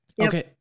okay